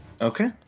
Okay